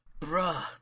bruh